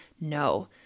no